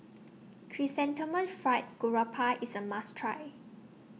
Chrysanthemum Fried Garoupa IS A must Try